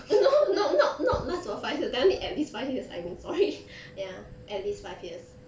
no no not not 那种 five years tell me at least five years I mean sorry ya at least five years